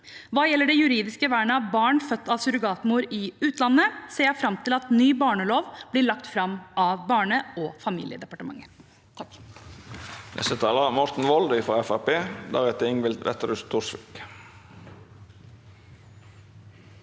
Hva gjelder det juridiske vernet av barn født av surrogatmor i utlandet, ser jeg fram til at ny barnelov blir lagt fram av Barne- og familiedepartementet.